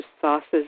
sauces